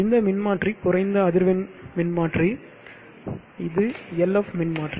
இந்த மின்மாற்றி குறைந்த அதிர்வெண் மின்மாற்றி இது LF மின்மாற்றி